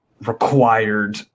required